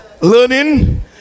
Learning